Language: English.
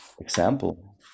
example